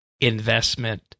investment